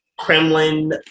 Kremlin